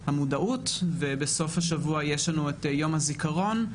המודעות, ובסוף השבוע יש לנו את יום הזיכרון.